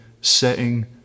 setting